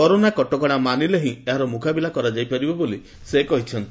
corona କଟକଣା ମାନିଲେ ହି ଏହାର ମୁକାବିଲା କରାଯାଇପାରିବ ବୋଲି ସେ କହିଛନ୍ତି